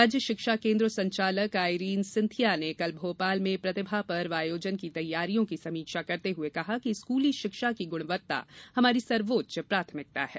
राज्य शिक्षा केन्द्र संचालक आईरीन सिथिया ने कल भोपाल में प्रतिभा पर्व आयोजन की तैयारियों की समीक्षा करते हुए कहा है कि स्कूली शिक्षा की गुणवत्ता हमारी सर्वोच्च प्राथमिकता है